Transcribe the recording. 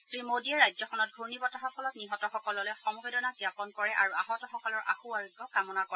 শ্ৰী মোডীয়ে ৰাজ্যখনত ঘূৰ্ণীবতাহৰ ফলত নিহত সকললৈ সমবেদনা জ্ঞাপন কৰে আৰু আহতসকলৰ আশু আৰোগ্য কামনা কৰে